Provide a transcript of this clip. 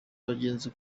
abagenzi